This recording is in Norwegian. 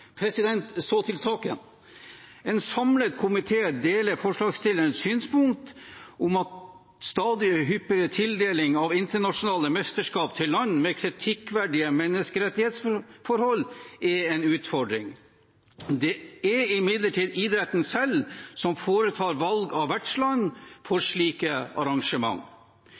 Så til saken: En samlet komité deler forslagsstillernes synspunkt om at stadig hyppigere tildeling av internasjonale mesterskap til land med kritikkverdige menneskerettighetsforhold er en utfordring. Det er imidlertid idretten selv som foretar valg av vertsland for slike arrangement.